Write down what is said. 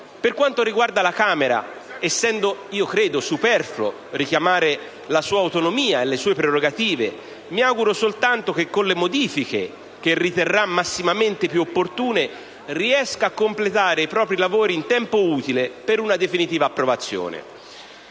Per quanto riguarda la Camera, essendo credo superfluo richiamare la sua autonomia e le sue prerogative, mi auguro soltanto che, con le modifiche che riterrà massimamente più opportune, riesca a completare i propri lavori in tempo utile per una definitiva approvazione.